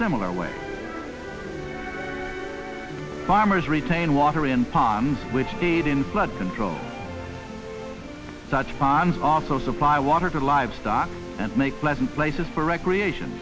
similar way farmers retain water in ponds which stayed in flood control such ponds also supply water to livestock and make pleasant places for recreation